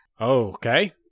okay